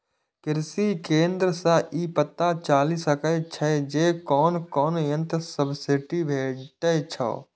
कृषि केंद्र सं ई पता चलि सकै छै जे कोन कोन यंत्र पर सब्सिडी भेटै छै